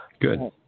Good